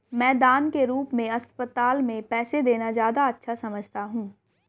मैं दान के रूप में अस्पताल में पैसे देना ज्यादा अच्छा समझता हूँ